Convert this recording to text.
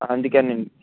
అందుకే అండి